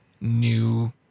new